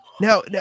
now